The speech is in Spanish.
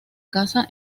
casa